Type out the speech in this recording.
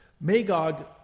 Magog